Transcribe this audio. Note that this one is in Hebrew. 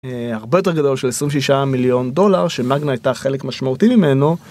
הרבה יותר גדול של 26 מיליון דולר שמגנה הייתה חלק משמעותי ממנו.